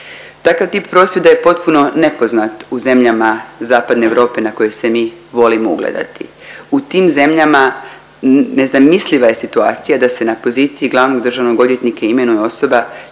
Takav tip prosvjeda je potpuno nepoznat u zemljama zapadne Europe na koje se mi volimo ugledati. U tim zemljama nezamisliva je situacija da se na poziciji glavnog državnog odvjetnika imenuje osoba